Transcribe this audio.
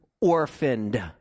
orphaned